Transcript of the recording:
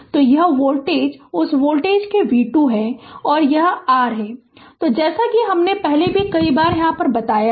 तो यह वोल्टेज यह वोल्टेज v 2 है और यह r है तो जैसा कि हम पहले भी कई बार कर चुके है